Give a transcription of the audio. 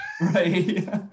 Right